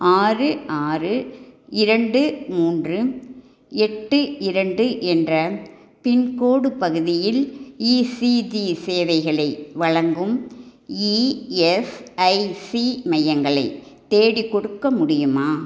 ஆறு ஆறு இரண்டு மூன்று எட்டு இரண்டு என்ற பின்கோடு பகுதியில் ஈசிஜி சேவைகளை வழங்கும் இஎஸ்ஐசி மையங்களை தேடிக்கொடுக்க முடியுமா